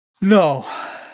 No